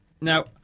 Now